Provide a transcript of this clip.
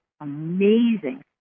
amazing